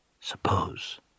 Suppose